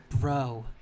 Bro